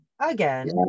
again